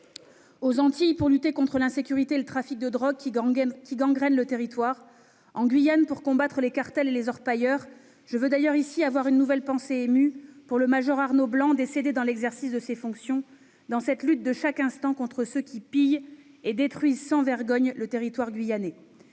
aux Antilles, pour lutter contre l'insécurité et le trafic de drogue, qui gangrènent le territoire, ou en Guyane, pour combattre les cartels et les orpailleurs. J'ai d'ailleurs une pensée émue pour le major Arnaud Blanc, mort dans l'exercice de ses fonctions, dans cette lutte de chaque instant contre ceux qui pillent et détruisent sans vergogne le territoire guyanais.